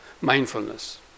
mindfulness